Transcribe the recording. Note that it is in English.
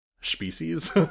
species